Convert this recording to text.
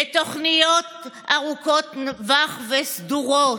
לתוכניות ארוכות טווח וסדורות,